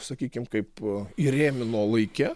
sakykim kaip įrėmino laike